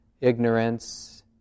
ignorance